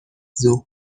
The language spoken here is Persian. ظهر